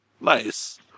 nice